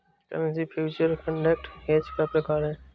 currency future contract hedge का प्रकार है